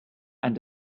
and